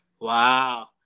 wow